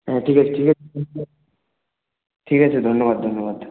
হ্যাঁ ঠিক আছে ঠিক আছে ঠিক আছে ধন্যবাদ ধন্যবাদ